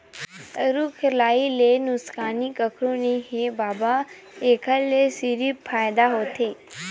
रूख राई ले नुकसानी कखरो नइ हे बबा, एखर ले सिरिफ फायदा होथे